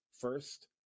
first